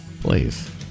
please